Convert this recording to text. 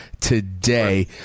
today